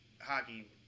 hockey